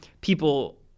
People